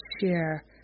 share